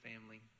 family